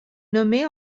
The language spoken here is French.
nommée